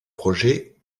projets